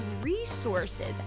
resources